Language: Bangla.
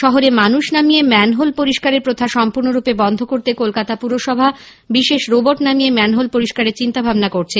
শহরে মানুষ নামিয়ে ম্যানহোল পরিষ্কারের প্রথা সম্পূর্ণ রূপে বন্ধ করতে কলকাতা পুরসভা বিশেষ রোবট নামিয়ে ম্যানহোল পরিষ্কারের ভাবনা চিন্তা করছে